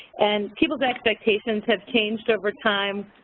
and people's expectations have changed over time.